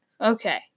Okay